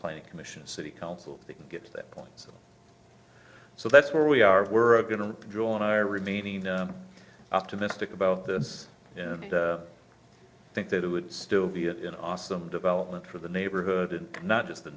playing commissions city council they can get to that point so that's where we are we're going to draw on our remaining optimistic about this and i think that it would still be in awesome development for the neighborhood and not just the